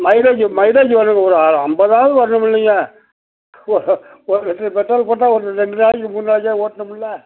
mileage mileage ஓரளவுக்கு வரு ஆ ஐம்பதாவது வரணுமில்லைங்க ஒரு லிட்ரு பெட்ரோல் போட்டால் ஒரு ரெண்டு நாளைக்கு மூணு நாளைக்காவது ஓட்டணுமுல்ல